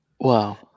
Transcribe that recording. Wow